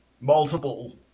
multiple